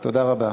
תודה רבה.